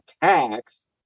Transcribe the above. tax